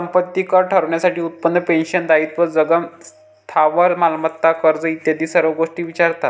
संपत्ती कर ठरवण्यासाठी उत्पन्न, पेन्शन, दायित्व, जंगम स्थावर मालमत्ता, कर्ज इत्यादी सर्व गोष्टी विचारतात